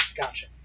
gotcha